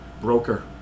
Broker